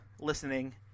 listening